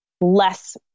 less